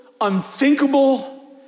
unthinkable